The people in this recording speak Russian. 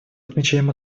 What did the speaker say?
отмечаем